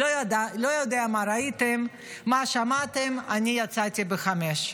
לא יודע מה ראיתם, מה שמעתם, אני יצאתי ב-17:00.